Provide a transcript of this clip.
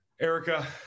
Erica